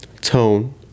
tone